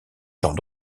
genre